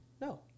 No